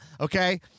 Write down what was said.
Okay